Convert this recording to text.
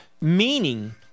meaning